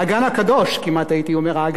האגן הקדוש של התקשורת.